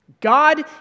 God